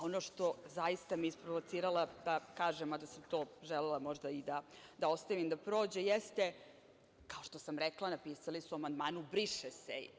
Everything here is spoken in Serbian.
Ono što me je zaista isprovocirala da kažem, mada sam to želela možda i da ostavim da prođe, jeste, kao što sam rekla, napisali su u amandmanu – briše se.